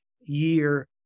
year